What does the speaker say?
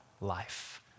life